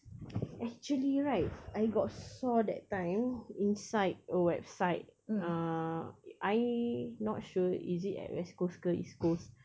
actually right I got saw that time inside a website ah I not sure is it at west coast ke east coast